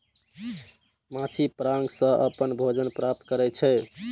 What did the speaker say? माछी पराग सं अपन भोजन प्राप्त करै छै